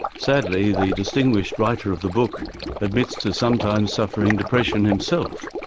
sadly, the distinguished writer of the book admits to sometimes suffering depression himself,